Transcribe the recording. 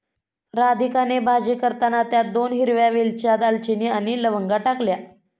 राधिकाने भाजी करताना त्यात दोन हिरव्या वेलच्या, दालचिनी आणि लवंगा टाकल्या